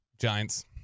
Giants